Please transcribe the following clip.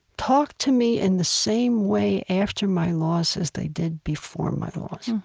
talked to me in the same way after my loss as they did before my loss.